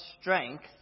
strength